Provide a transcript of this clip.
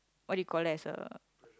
what do you call as a